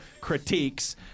Critiques